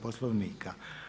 Poslovnika.